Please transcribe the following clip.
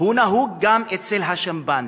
נהוג גם אצל השימפנזים,